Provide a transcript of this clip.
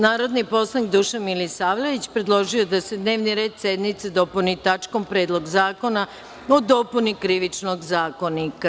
Narodni poslanik Dušan Milisavljević predložio je da se dnevni red sednice dopuni tačkom Predlog zakona o dopuni krivičnog zakonika.